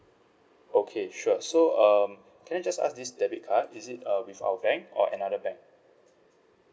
okay sure so um can I just ask this debit card is it uh with our bank or another bank